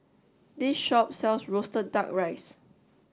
this shop sells Roasted Duck Rice